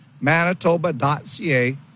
manitoba.ca